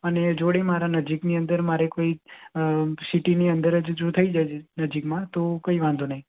અને જોડે મારા નજીકની અંદર મારે કોઈ સિટીની અંદર જ જો થઈ જાય નજીકમાં તો કંઈ વાંધો નહીં